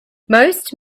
most